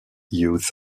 youth